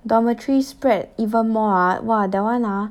dormitory spread even more ah !wah! that one ah